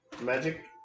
magic